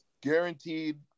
Guaranteed